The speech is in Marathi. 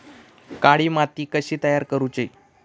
काळी माती कशी तयार करूची?